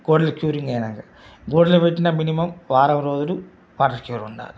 గోడలు క్యూరింగ్ అయినాక గోడలు పెట్టిన మినిమమ్ వారం రోజులు వాటర్ క్యూర్ ఉండాలి